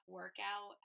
workout